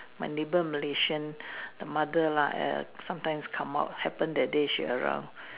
my neighbour Malaysian the mother lah sometimes come up happen that day she around